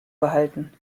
behalten